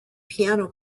piano